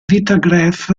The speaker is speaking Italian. vitagraph